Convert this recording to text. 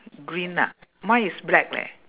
green ah mine is black leh